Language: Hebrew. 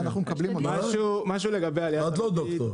את לא דוקטור.